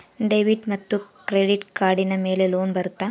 Debit ಮತ್ತು credit ಕಾರ್ಡಿನ ಮೇಲೆ ಲೋನ್ ಬರುತ್ತಾ?